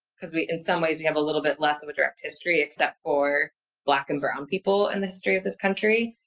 cause we in some ways we have a little bit less of a direct history except for black and brown people in the history of this country.